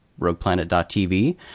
RoguePlanet.tv